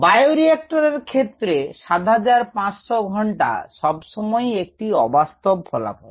bio রিঅ্যাক্টরের ক্ষেত্রে 7500 ঘণ্টা সবসময়ই একটি অবাস্তব ফলাফল